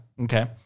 Okay